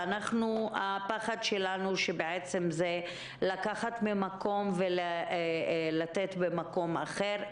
והחשש שלנו הוא שלוקחים ממקום אחד ונותנים במקום אחר.